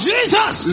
Jesus